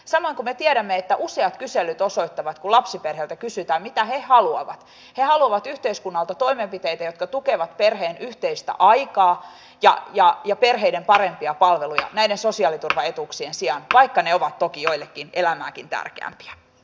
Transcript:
samoin me tiedämme että useat kyselyt osoittavat että kun lapsiperheeltä kysytään mitä he haluavat niin he haluavat yhteiskunnalta toimenpiteitä jotka tukevat perheen yhteistä aikaa ja perheiden parempia palveluja näiden sosiaaliturvaetuuksien sijaan vaikka ne ovat toki joillekin elämääkin tärkeämpiä